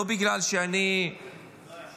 לא בגלל שאני ------ כן,